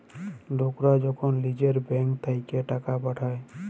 লকরা যখল লিজের ব্যাংক থ্যাইকে টাকা পাঠায়